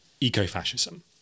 eco-fascism